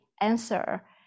answer